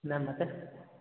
ma'am ಮತ್ತು